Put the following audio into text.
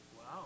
Wow